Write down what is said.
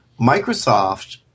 Microsoft